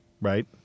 right